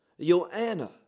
Joanna